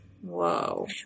Whoa